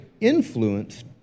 influence